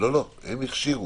לא, הם הכשירו.